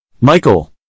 Michael